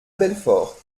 belfort